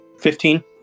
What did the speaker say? Fifteen